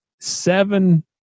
seven